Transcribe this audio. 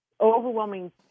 overwhelming